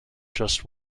just